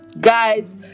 Guys